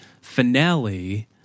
finale